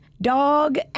dog